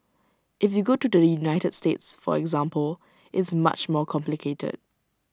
if you go to the united states for example it's much more complicated